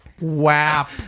WAP